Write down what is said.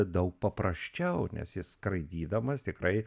daug paprasčiau nes jis skraidydamas tikrai